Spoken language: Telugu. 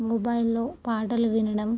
మొబైల్లో పాటలు వినడం